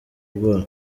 ubwoba